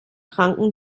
tranken